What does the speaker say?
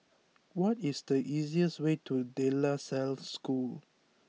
what is the easiest way to De La Salle School